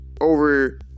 over